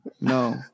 No